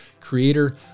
creator